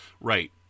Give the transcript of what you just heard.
right